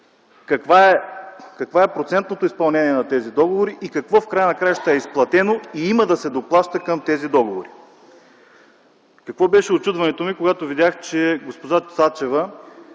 какво е процентното изпълнение на тези договори, какво в края на краищата е изплатено и има ли да се доплаща към тези договори. Какво беше учудването ми, когато видях, че госпожа Цачева